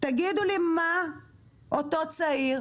תגידו לי מה אותו צעיר,